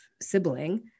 sibling